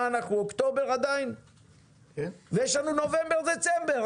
אנחנו באוקטובר עדיין ויש לנו נובמבר ודצמבר,